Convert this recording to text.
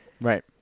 right